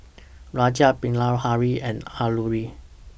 Rajat Bilahari and Alluri